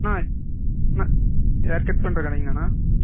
அண்ணா hair cut பண்ணுற கடைங்களாண்ணா